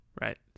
right